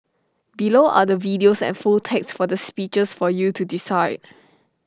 below are the videos and full text for the speeches for you to decide